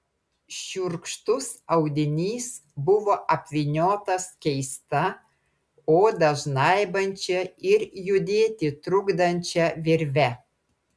šiurkštus audinys buvo apvyniotas keista odą žnaibančia ir judėti trukdančia virve